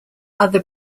other